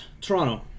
Toronto